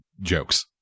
jokes